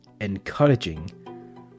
encouraging